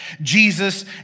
Jesus